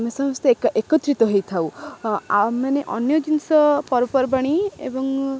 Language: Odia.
ଆମେ ସମସ୍ତେ ଏକତ୍ରିତ ହେଇଥାଉ ଆଉ ମାନେ ଅନ୍ୟ ଜିନିଷ ପର୍ବପର୍ବାଣି ଏବଂ